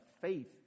faith